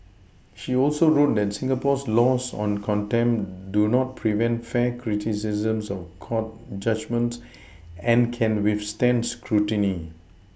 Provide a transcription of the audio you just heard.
she also wrote that Singapore's laws on contempt do not prevent fair criticisms of court judgements and can withstand scrutiny